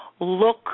look